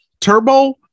turbo